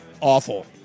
awful